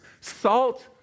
salt